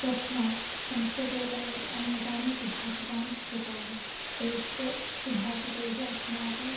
तस्मात् संस्कृते तावत् अनेकानि सुभाषितानि शृतानि तैश्च सुभाषितैः अस्माकं